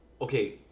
Okay